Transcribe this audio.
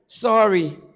Sorry